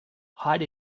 height